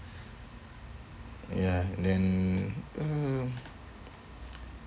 ya then um